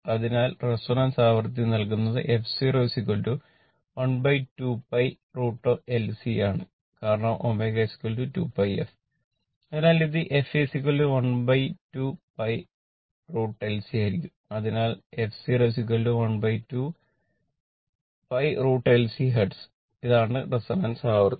അതിനാൽ ω2 pi f ആയതിനാൽ resonance ആവൃത്തി